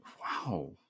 Wow